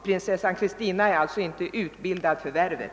Prinsessan Christina är inte utbildad för värvet!